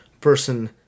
person